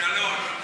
שלוש,